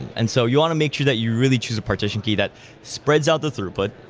and so you want to make sure that you really choose a partition key that spreads out the throughput,